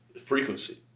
Frequency